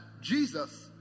Jesus